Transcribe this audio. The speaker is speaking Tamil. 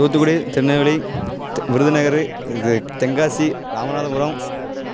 தூத்துக்குடி திருநெல்வேலி விருதுநகர் இது தெங்காசி ராமநாதபுரம்